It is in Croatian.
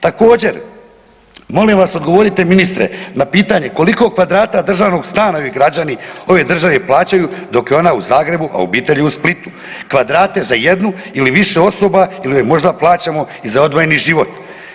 Također molim vas odgovorite ministre na pitanje koliko kvadrata državnog stana građani ove države plaćaju dok je ona u Zagrebu, a obitelj je u Splitu, kvadrate za jednu ili više osoba ili joj možda plaćamo i za odvojeni život?